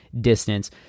distance